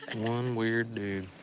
and one weird dude.